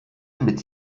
mit